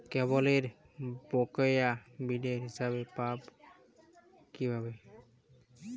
কেবলের বকেয়া বিলের হিসাব পাব কিভাবে?